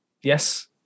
Yes